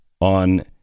on